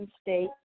State